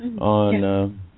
on